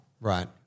Right